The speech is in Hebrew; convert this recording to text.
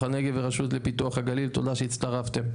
הנגב והרשות לפיתוח הגליל תודה שהצטרפתם.